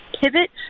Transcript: pivot